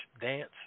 dance